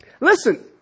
Listen